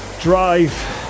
drive